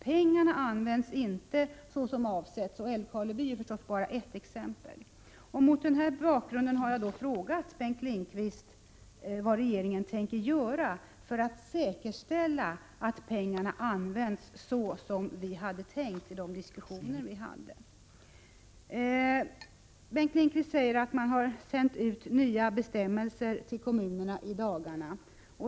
Pengarna används inte så som avsetts — Älvkarleby är bara ett exempel. Mot denna bakgrund har jag frågat Bengt Lindqvist vad regeringen tänker göra för att säkerställa att pengarna används så som vi hade tänkt i de diskussioner vi hade. Bengt Lindqvist säger att man i dagarna har sänt ut nya bestämmelser till kommunerna.